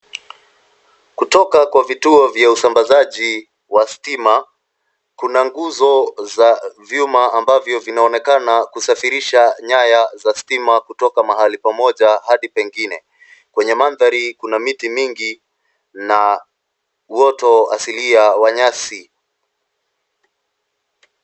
Kutoka kwa vituo vya usambazaji wa stima. Kuna nguzo za vyuma ambavyo vinaonekana kusafirisha nyaya za stima kutoka mahali pamoja hadi pengine. Kwenye mandhari kuna miti mingi na woto asilia wa nyasi.